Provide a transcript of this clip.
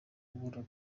ubura